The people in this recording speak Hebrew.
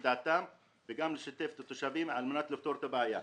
דעתם וגם לשתף את התושבים על מנת לפתור את הבעיה.